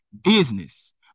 business